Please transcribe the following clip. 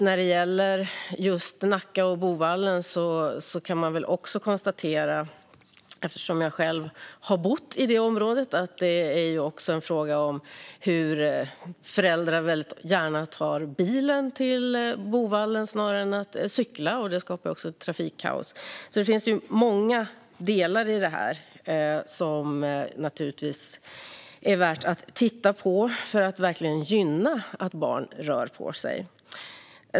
När det gäller just Nacka och Boovallen kan jag konstatera, eftersom jag själv har bott i området, att föräldrar väldigt gärna tar bilen till Boovallen snarare än att cykla, och det skapar också trafikkaos. Det finns många delar i det här som det naturligtvis är värt att titta på för att verkligen uppmuntra att barn rör på sig.